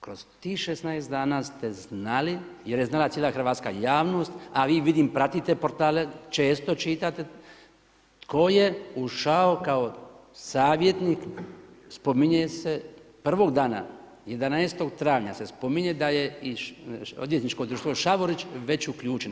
Kroz tih 16 dana ste znali, jer je znala cijela hrvatska javnost, a vi vidim pratite portale, često čitate, tko je ušao kao savjetnik, spominje se prvog dana 11. travanja se spominje, da je odvjetničko društvo Šavorić, već uključeno.